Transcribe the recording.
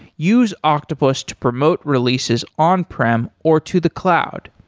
use octopus to promote releases on prem or to the cloud.